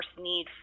need